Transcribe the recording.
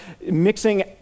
mixing